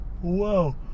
Whoa